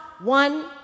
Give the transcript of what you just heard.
one